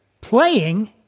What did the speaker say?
Playing